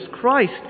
Christ